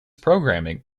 programming